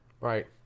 right